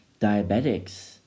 diabetics